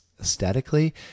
aesthetically